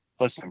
listen